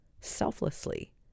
selflessly